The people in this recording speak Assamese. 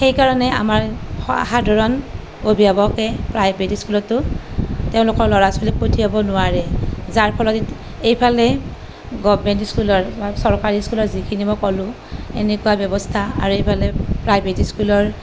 সেইকাৰণে আমাৰ সাধাৰণ অভিভাৱকে প্ৰাইভেট স্কুলতো তেওঁলোকৰ ল'ৰা ছোৱালীক পঠিয়াব নোৱাৰে যাৰ ফলত এইফালে গৰ্ভমেন্ট স্কুলৰ চৰকাৰী স্কুলৰ যিখিনি মই ক'লোঁ এনেকুৱা ব্যৱস্থা আৰু এইফালে প্ৰাইভেট স্কুলৰ